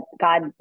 God